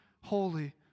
holy